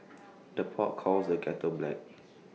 the pot calls the kettle black